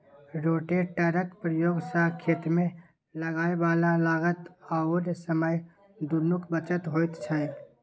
रोटेटरक प्रयोग सँ खेतीमे लागय बला लागत आओर समय दुनूक बचत होइत छै